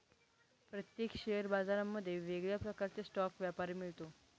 प्रत्येक शेअर बाजारांमध्ये वेगळ्या प्रकारचा स्टॉक व्यापारी मिळतो